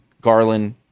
Garland